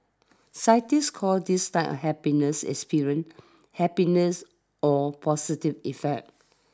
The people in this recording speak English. scientists call his type happiness experienced happiness or positive effect